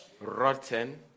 Rotten